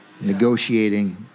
negotiating